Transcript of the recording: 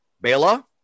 Bela